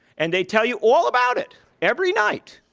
and they tell you all about it every night.